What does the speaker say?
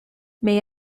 may